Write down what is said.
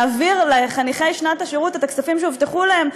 להעביר לחניכי שנת שירות את הכספים שהובטחו להם,